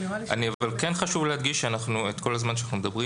כן חשוב לי להדגיש שכל הזמן שאנחנו מדברים